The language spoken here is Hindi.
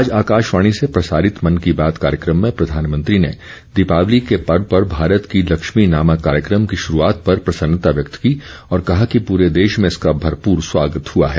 आज आकाशवाणी से प्रसारित मन की बात कार्यक्रम में प्रधानमंत्री ने दीपावली के पर्व पर भारत की लक्ष्मी नामक कार्यक्रम की शुरूआत पर प्रसन्नता व्यक्त की और कहा कि पूरे देश में इसका भरपूर स्वागत हुआ है